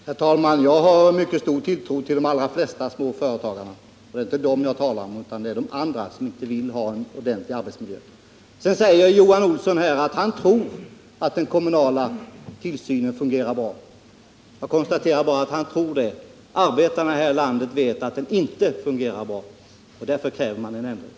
Herr talman! Jag har mycket stor tilltro till de allra flesta småföretagarna. Det är inte dem jag talar om utan om de andra som inte vill ha en ordentlig arbetsmiljö. Sedan säger Johan Olsson att han tror att den kommunala tillsynen fungerar bra. Jag konstaterar bara att han tror det. Arbetarna här i landet vet att den inte fungerar bra, och därför kräver de en ändring.